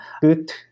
good